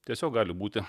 tiesiog gali būti